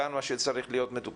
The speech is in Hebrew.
תוקן מה שצריך להיות מתוקן?